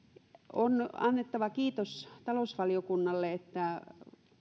on annettava kiitos talousvaliokunnalle että